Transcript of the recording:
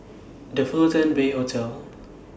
The Fullerton Bay Hotel